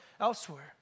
elsewhere